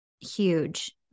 huge